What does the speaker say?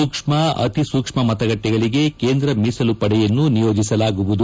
ಸೂಕ್ಷ್ಮ ಅಕಿಸೂಕ್ಷ್ಮ ಮತಗಟ್ಟೆಗಳಿಗೆ ಕೇಂದ್ರ ಮೀಸಲು ಪಡೆಯನ್ನು ನಿಯೋಜಿಸಲಾಗುವುದು